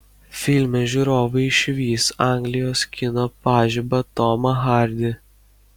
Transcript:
filme žiūrovai išvys anglijos kino pažibą tomą hardy